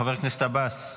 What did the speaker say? חבר הכנסת עבאס.